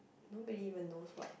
no they even knows what